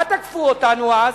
מה, תקפו אותנו אז,